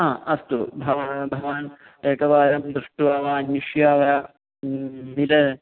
हा अस्तु भवान् भवान् एकवारं दृष्ट्वा वा अन्विष्य वा मिलति